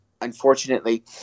unfortunately